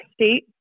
state